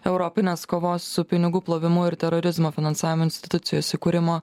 europinės kovos su pinigų plovimu ir terorizmo finansavimo institucijos įkūrimo